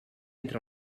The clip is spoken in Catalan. entre